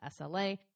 SLA